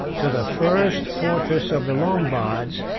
to the first fortress of the lombards,